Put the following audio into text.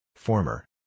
Former